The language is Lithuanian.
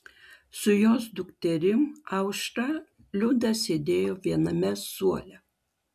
su jos dukterim aušra liuda sėdėjo viename suole